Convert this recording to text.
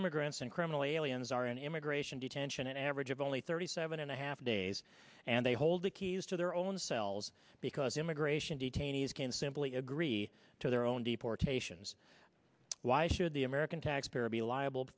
immigrants and criminal aliens are in immigration detention an average of only thirty seven and a half days and they hold the keys to their own cells because immigration detainees can simply agree to their own deportations why should the american taxpayer be liable